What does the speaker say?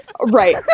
right